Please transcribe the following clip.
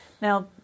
Now